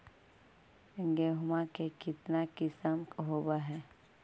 गेहूमा के कितना किसम होबै है?